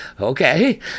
okay